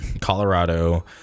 Colorado